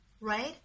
Right